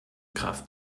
kraft